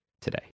today